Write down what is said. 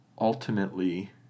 ultimately